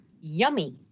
Yummy